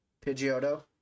Pidgeotto